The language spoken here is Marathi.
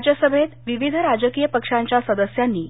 राज्यसभेत विविध राजकीय पक्षाच्या सदस्यांनी